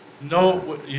No